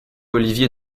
olivier